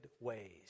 ways